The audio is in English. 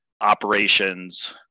operations